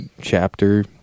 chapter